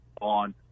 on